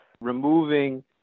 removing